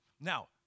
Now